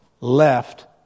left